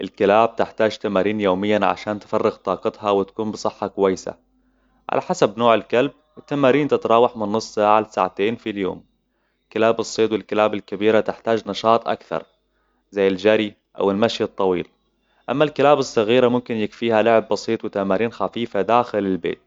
الكلاب تحتاج تمارين يومياً عشان تفرغ طاقتها وتكون بصحه كويسة. على حسب نوع الكلب، التمارين تتراوح من نص ساعة لساعتين في اليوم. كلاب الصيد والكلاب الكبيرة تحتاج نشاط أكثر، زي الجري أو المشي الطويل. أما الكلاب الصغيرة ممكن يكفيها لعب بسيط وتمارين خفيفة داخل البيت.